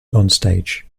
onstage